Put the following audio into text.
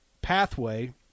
pathway